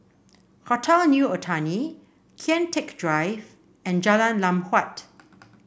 Hotel New Otani Kian Teck Drive and Jalan Lam Huat